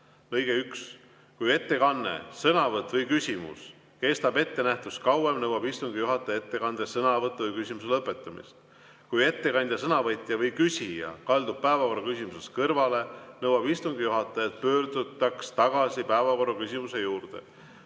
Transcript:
lõige 1: "Kui ettekanne, sõnavõtt või küsimus kestab ettenähtust kauem, nõuab istungi juhataja ettekande, sõnavõtu või küsimuse lõpetamist. Kui ettekandja, sõnavõtja või küsija kaldub päevakorraküsimusest kõrvale, nõuab istungi juhataja, et pöördutaks tagasi päevakorraküsimuse juurde.